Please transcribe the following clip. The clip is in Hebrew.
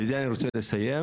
בזה אני רוצה לסיים.